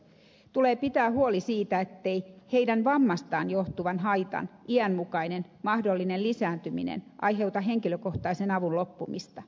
tulee pitää huoli siitä ettei heidän vammastaan johtuvan haitan iänmukainen mahdollinen lisääntyminen aiheuta henkilökohtaisen avun loppumista